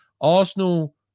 Arsenal